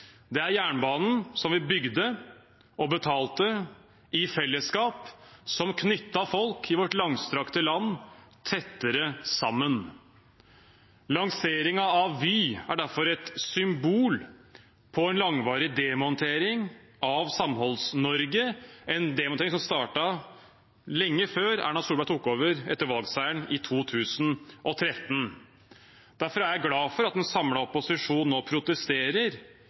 Det er jernbanen, som vi bygde og betalte i fellesskap, som knyttet folk i vårt langstrakte land tettere sammen. Lanseringen av Vy er derfor et symbol på en langvarig demontering av Samholds-Norge, en demontering som startet lenge før Erna Solberg tok over etter valgseieren i 2013. Derfor er jeg glad for at en samlet opposisjon nå protesterer,